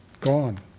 gone